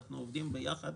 אנחנו עובדים ביחד